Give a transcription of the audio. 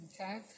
okay